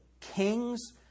kings